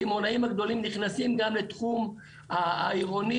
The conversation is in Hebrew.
הקמעונאים הגדולים נכנסים גם לתחום העירוני